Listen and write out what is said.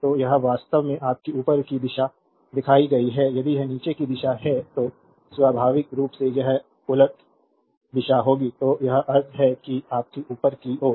तो यह वास्तव में आपकी ऊपर की दिशा दिखाई गई है यदि यह नीचे की दिशा है तो स्वाभाविक रूप से यह उलट दिशा होगी तो यह अर्थ है कि आपकी ऊपर की ओर